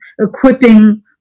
equipping